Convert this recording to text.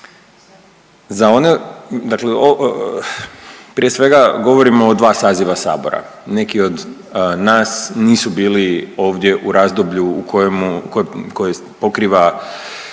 za one, dakle prije svega govorimo o dva saziva sabora, neki od nas nisu bili ovdje u razdoblju u kojemu,